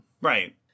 Right